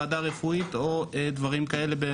וועדה רפואית או דברים כאלה,